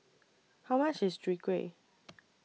How much IS Chwee Kueh